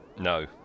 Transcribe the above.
no